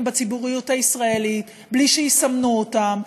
בציבוריות הישראלית בלי שיסמנו אותם.